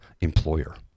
employer